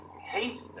hate